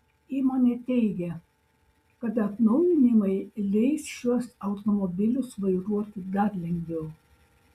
įmonė teigia kad atnaujinimai leis šiuos automobilius vairuoti dar lengviau